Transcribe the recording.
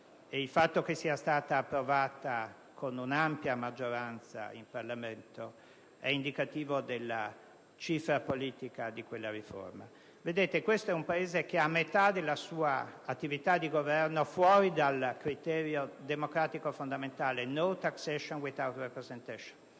il fatto che essa sia stata approvata con un'ampia maggioranza in Parlamento è indicativo della sua cifra politica. Vedete, questo è un Paese che ha metà della sua attività di Governo fuori dal criterio democratico fondamentale: *no* *taxation* *without* *representation*.